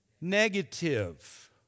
negative